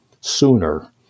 sooner